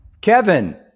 Kevin